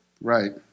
Right